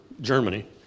Germany